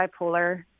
bipolar